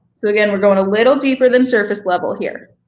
so again, we're going a little deeper than surface level here.